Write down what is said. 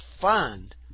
fund